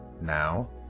now